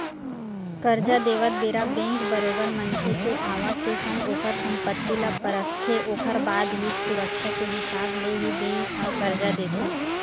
करजा देवत बेरा बेंक बरोबर मनखे के आवक के संग ओखर संपत्ति ल परखथे ओखर बाद ही सुरक्छा के हिसाब ले ही बेंक ह करजा देथे